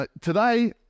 today